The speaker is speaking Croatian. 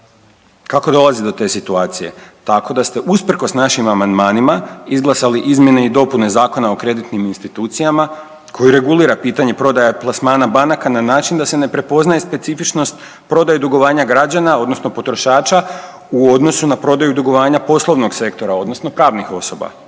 Kako dolazi do te situacije? Tako da ste usprkos našim amandmanima izglasali Izmjene i dopune Zakona o kreditnim institucijama koji regulira pitanje prodaja plasmana banaka na način da se ne prepoznaje specifičnost prodaje dugovanja građana, odnosno potrošača u odnosu na prodaju dugovanja poslovnog sektora, odnosno pravnih osoba.